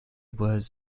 was